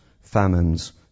famines